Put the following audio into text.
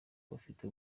bafite